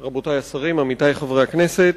תודה רבה לך, רבותי השרים, עמיתי חברי הכנסת,